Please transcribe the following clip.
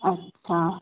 अच्छा